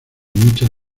muchas